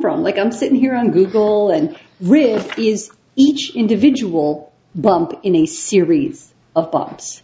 from like i'm sitting here on google and riff is each individual bump in a series of bombs